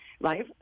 life